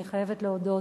אני חייבת להודות,